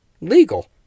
legal